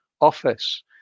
office